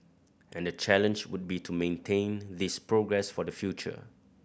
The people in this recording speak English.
and the challenge would be to maintain this progress for the future